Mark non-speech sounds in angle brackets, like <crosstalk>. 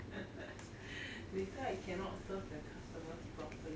<laughs> later I cannot serve the customers properly